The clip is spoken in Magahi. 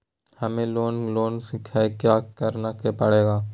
हमें लोन लेना है क्या क्या करना पड़ेगा?